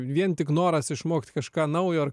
vien tik noras išmokt kažką naujo ar